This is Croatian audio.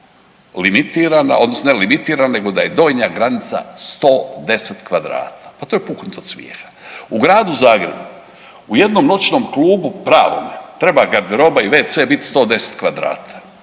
limitirana odnosno ne limitirana nego da je donja granica 110 kvadrata, pa to je puknut od smijeha. U gradu Zagrebu u jednom noćnom klubu pravome treba garderoba i wc bit 110 kvadrata.